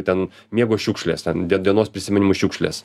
ten miego šiukšlės ten die dienos prisiminimų šiukšlės